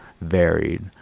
varied